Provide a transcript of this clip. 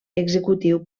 executiu